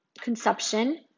consumption